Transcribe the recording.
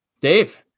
dave